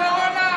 הקורונה,